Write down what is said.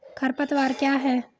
खरपतवार क्या है?